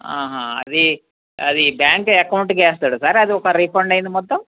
రీ అది బ్యాంక్ అకౌంట్కి వేస్తాడా సార్ అది ఒక రీఫండ్ అయ్యింది మొత్తం